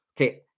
Okay